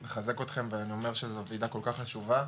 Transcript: אני מחזק אתכם ואני אומר שזו ועדה כל כך חשובה,